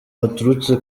baturutse